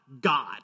God